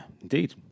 indeed